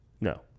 No